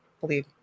Believe